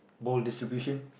ball distribution